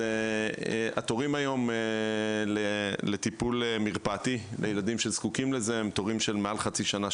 התורים היום לטיפול מרפאתי בילדים שזקוקים לזה הם מעל חצי שנה,